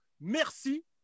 Merci